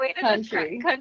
country